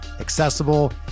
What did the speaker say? accessible